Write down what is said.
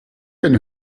denn